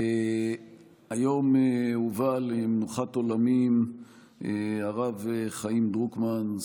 היום הובא למנוחות עולמים הרב חיים דרוקמן,